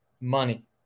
money